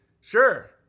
Sure